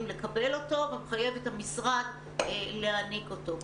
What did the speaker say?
לקבל אותו ומחייב את המשרד להעניק אותו.